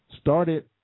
started